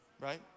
right